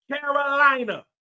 carolina